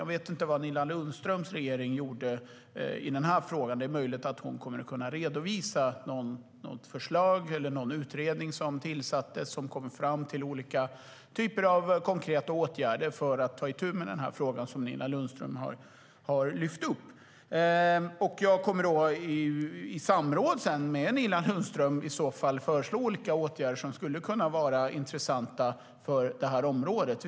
Jag vet inte vad Nina Lundströms regering gjorde i frågan. Det är möjligt att hon kan redovisa något förslag eller en utredning som tillsatts som har kommit fram till olika typer av konkreta åtgärder för att ta itu med den fråga som Nina Lundström har lyft upp. Jag kommer sedan i samråd med Nina Lundström att föreslå olika åtgärder som skulle kunna vara intressanta för området.